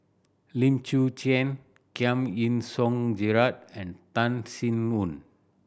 Lim Chwee Chian Giam Yean Song Gerald and Tan Sin Aun